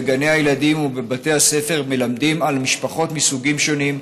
בגני הילדים ובבתי הספר מלמדים על משפחות מסוגים שונים,